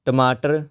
ਟਮਾਟਰ